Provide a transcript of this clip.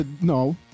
No